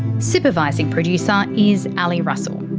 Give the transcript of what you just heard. supervising producer is ali russell.